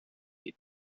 lead